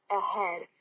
ahead